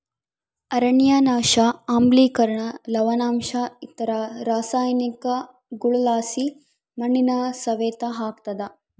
ಅರಣ್ಯನಾಶ ಆಮ್ಲಿಕರಣ ಲವಣಾಂಶ ಇತರ ರಾಸಾಯನಿಕಗುಳುಲಾಸಿ ಮಣ್ಣಿನ ಸವೆತ ಆಗ್ತಾದ